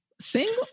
single